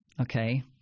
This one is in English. Okay